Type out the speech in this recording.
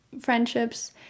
friendships